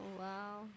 wow